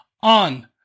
on